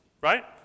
right